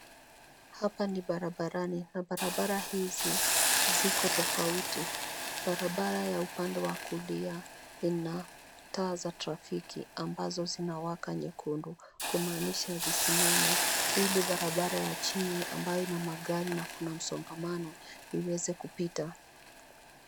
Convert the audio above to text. Hapa ni barabarani na barabara hizi ziko tofauti. Barabara ya upande wa kulia ina taa za trafiki ambazo zinawaka nyekundu kumaanisha zisimame ili barabara ya chini ambayo ina magari na kuna msongamano iweze kupita.